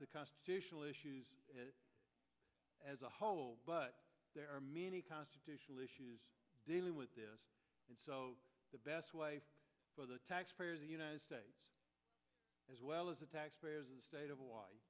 the constitutional issues as a whole but there are many constitutional issues dealing with this is the best way for the taxpayers the united states as well as the taxpayers the state of hawaii